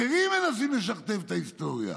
אחרים מנסים לשכתב את ההיסטוריה.